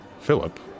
Philip